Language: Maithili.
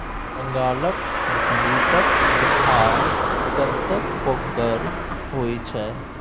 बंगालक बूटक फुटहा कतेक फोकगर होए छै